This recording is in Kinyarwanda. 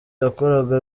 yakoraga